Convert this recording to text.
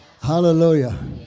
Hallelujah